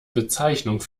bezeichnung